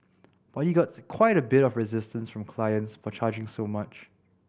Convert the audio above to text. but you got quite a bit of resistance from clients for charging so much